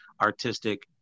artistic